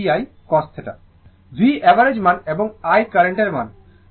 V ভোল্টেজের rms মান এবং I কারেন্টের rms মান